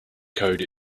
code